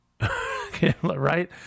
Right